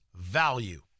value